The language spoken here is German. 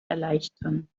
erleichtern